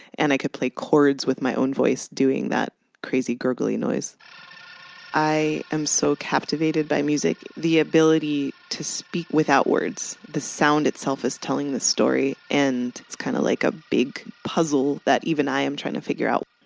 and i could play chords with my own voice doing that crazy gurgling noise i am so captivated by music. the ability to speak without words. the sound itself is telling the story and it's kind of like a big puzzle that even i am trying to figure out.